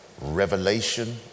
revelation